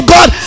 God